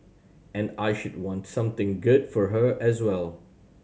and I should want something good for her as well